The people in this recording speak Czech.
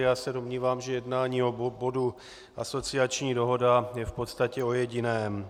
Já se domnívám, že jednání o bodu asociační dohoda je v podstatě o jediném.